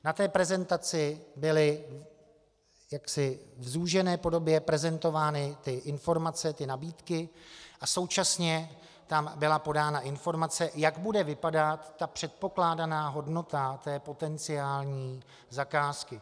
Na prezentaci byly v zúžené podobě prezentovány informace, nabídky a současně tam byla podána informace, jak bude vypadat předpokládaná hodnota té potenciální zakázky.